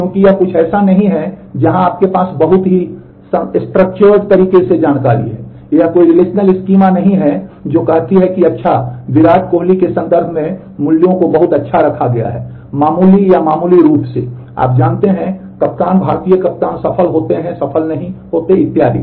क्योंकि यह कुछ ऐसा नहीं है जहाँ आपके पास बहुत ही संरचित नहीं है जो कहती है कि अच्छा विराट कोहली के संदर्भ में मूल्यों को बहुत अच्छा रखा गया है मामूली या मामूली रूप से आप जानते हैं कप्तान भारतीय कप्तान सफल होते हैं सफल नहीं इत्यादि